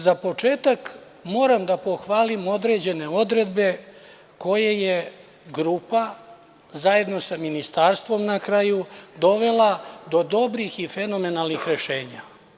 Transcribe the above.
Za početak, moram da pohvalim određene odredbe koje je grupa zajedno sa ministarstvom na kraju dovela do dobrih i fenomenalnih rešenja.